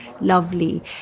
lovely